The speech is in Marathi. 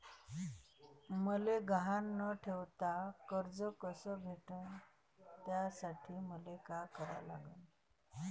मले गहान न ठेवता कर्ज कस भेटन त्यासाठी मले का करा लागन?